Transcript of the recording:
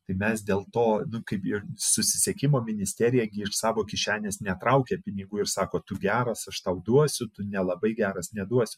tai mes dėl to kaip ir susisiekimo ministerija iš savo kišenės netraukė pinigų ir sako tu geras aš tau duosiu tu nelabai geras neduos